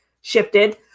shifted